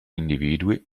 individui